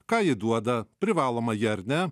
ką ji duoda privaloma ji ar ne